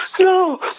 no